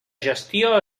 gestió